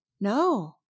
No